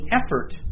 effort